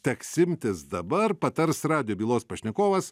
teks imtis dabar patars radijo bylos pašnekovas